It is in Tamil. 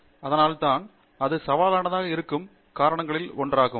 எனவே அதனால் தான் அது சவாலானதாக இருக்கும் காரணங்களில் ஒன்றாகும்